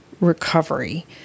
recovery